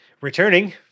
Returning